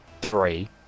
three